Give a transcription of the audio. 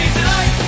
tonight